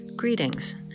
Greetings